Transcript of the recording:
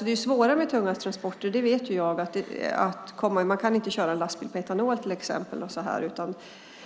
Det svåra med tunga transporter är, vet jag, att man inte kan köra en lastbil på etanol.